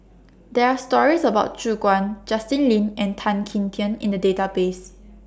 There Are stories about Ju Guan Justin Lean and Tan Kim Tian in The Database